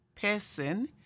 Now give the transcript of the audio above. person